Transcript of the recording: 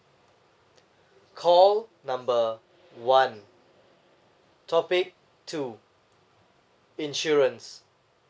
call number one topic two insurance